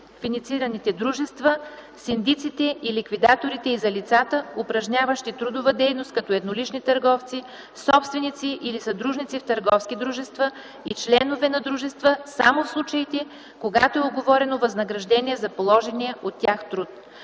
неперсонифицираните дружества, синдиците и ликвидаторите и за лицата, упражняващи трудова дейност като еднолични търговци, собственици или съдружници в търговски дружества и членове на дружества, само в случаите когато е уговорено възнаграждение за положения от тях труд.